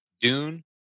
dune